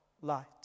light